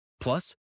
Plus